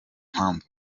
mpamvu